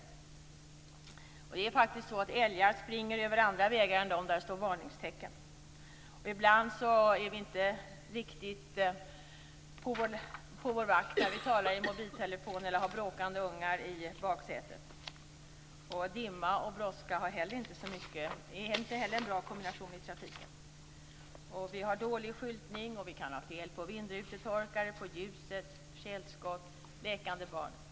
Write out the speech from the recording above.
Älgar springer faktiskt över andra vägar än dem där det står varningstecken. Ibland är vi inte riktigt på vår vakt när vi talar i mobiltelefon eller har bråkande ungar i baksätet. Dimma och brådska är inte heller någon bra kombination i trafiken. Vi har dålig skyltning, vi kan ha fel på vindrutetorkare, på ljuset, tjälskott förekommer, lekande barn.